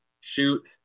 shoot